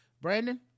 Brandon